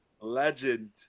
Legend